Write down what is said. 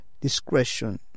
discretion